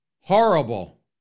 horrible